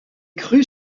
crues